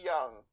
Young